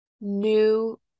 new